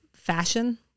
fashion